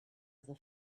other